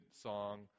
song